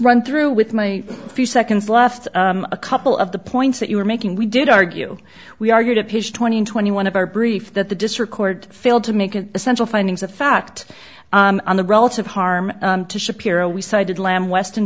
run through with my few seconds left a couple of the points that you were making we did argue we argued at page twenty twenty one of our brief that the district court failed to make an essential findings of fact on the relative harm to shapiro we cited lamb west